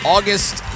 August